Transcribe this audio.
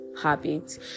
habit